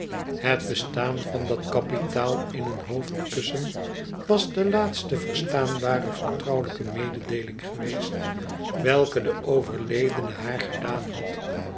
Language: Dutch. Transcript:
het bestaan van dat kapitaal in een hoofdkussen was de laatste verstaanbare vertrouwelijke mededeeling geweest welke de overledene haar gedaan had